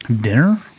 Dinner